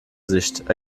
sicht